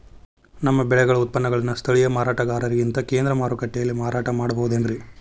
ನಮ್ಮ ಬೆಳೆಗಳ ಉತ್ಪನ್ನಗಳನ್ನ ಸ್ಥಳೇಯ ಮಾರಾಟಗಾರರಿಗಿಂತ ಕೇಂದ್ರ ಮಾರುಕಟ್ಟೆಯಲ್ಲಿ ಮಾರಾಟ ಮಾಡಬಹುದೇನ್ರಿ?